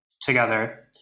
together